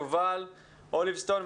יובל אוליבסטון,